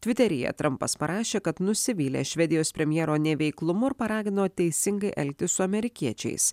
tviteryje trampas parašė kad nusivylė švedijos premjero neveiklumu ir paragino teisingai elgtis su amerikiečiais